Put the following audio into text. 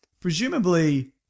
Presumably